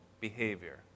behavior